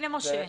הינה משה.